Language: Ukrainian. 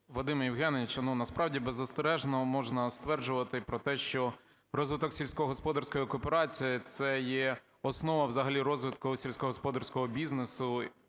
Вадим Євгенович, насправді беззастережно можна стверджувати про те, що розвиток сільськогосподарської кооперації - це є основа взагалі розвитку сільськогосподарського бізнесу,